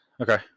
okay